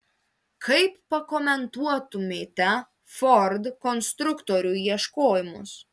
kaip pakomentuotumėte ford konstruktorių ieškojimus